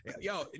yo